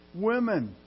women